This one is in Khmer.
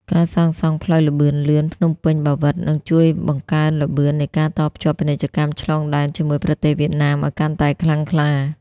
ការសាងសង់ផ្លូវល្បឿនលឿនភ្នំពេញ-បាវិត នឹងជួយបង្កើនល្បឿននៃការតភ្ជាប់ពាណិជ្ជកម្មឆ្លងដែនជាមួយប្រទេសវៀតណាមឱ្យកាន់តែខ្លាំងក្លា។